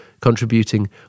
contributing